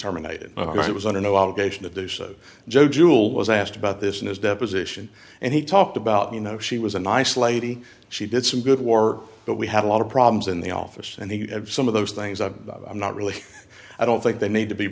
it was under no obligation to do so joe jewel was asked about this in his deposition and he talked about you know she was a nice lady she did some good war but we had a lot of problems in the office and he had some of those things i'm not really i don't think they need to be